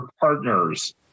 partners